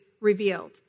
revealed